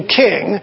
king